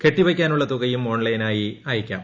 കെട്ടിവയ്ക്കാനുള്ള തുകയും ഓൺലൈനായി അടയ്ക്കാം